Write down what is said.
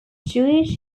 jewish